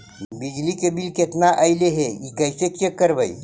बिजली के बिल केतना ऐले हे इ कैसे चेक करबइ?